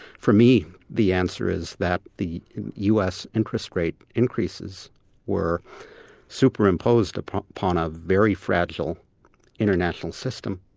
for me, the answer is that the us interest rate increases were superimposed upon upon a very fragile international system.